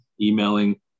emailing